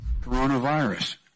Coronavirus